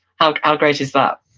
how great is that?